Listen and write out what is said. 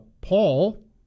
Paul